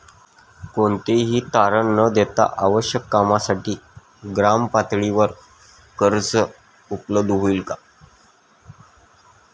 कोणतेही तारण न देता आवश्यक कामासाठी ग्रामपातळीवर कर्ज उपलब्ध होईल का?